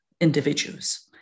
individuals